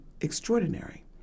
extraordinary